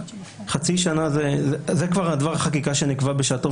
שנה זה כבר דבר החקיקה שנקבע בשעתו,